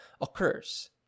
occurs